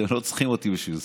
אתם לא צריכים אותי בשביל זה.